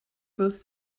both